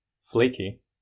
flaky